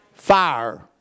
Fire